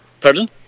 Pardon